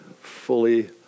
fully